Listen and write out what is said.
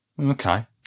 Okay